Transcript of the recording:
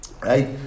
right